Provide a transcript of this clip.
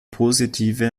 positive